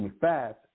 fast